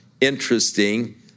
interesting